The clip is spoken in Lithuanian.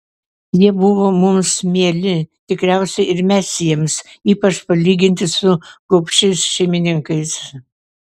jie buvo mums mieli tikriausiai ir mes jiems ypač palyginti su gobšiais šeimininkais